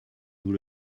nous